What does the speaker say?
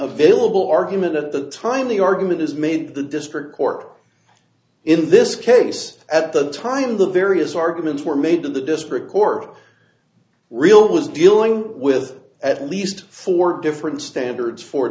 of vailable argument at the time the argument is made the district court in this case at the time the various arguments were made to the district court real was dealing with at least four different standards for